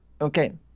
Okay